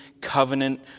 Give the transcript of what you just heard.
covenant